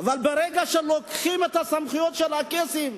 אבל ברגע שלוקחים את הסמכויות של הקייסים,